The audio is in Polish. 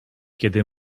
kiedy